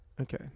Okay